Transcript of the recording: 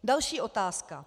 Další otázka.